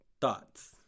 Thoughts